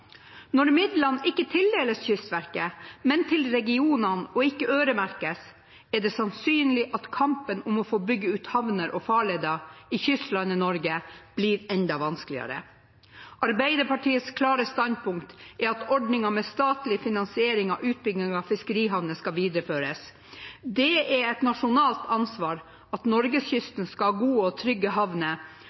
Når midlene ikke tildeles Kystverket, men regionene, og ikke øremerkes, er det sannsynlig at kampen om å få bygge ut havner og farleder i kystlandet Norge blir enda vanskeligere. Arbeiderpartiets klare standpunkt er at ordningen med statlig finansiering av utbygging av fiskerihavner skal videreføres. Det er et nasjonalt ansvar at norskekysten har gode og trygge havner,